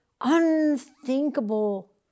unthinkable